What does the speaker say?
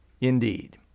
indeed